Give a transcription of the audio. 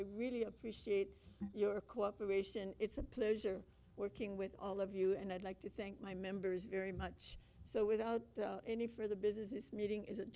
i really appreciate your cooperation it's a pleasure working with all of you and i'd like to think my members very much so without any for the business this meeting is